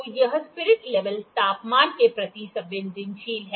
तो यह spirit level तापमान के प्रति संवेदनशील है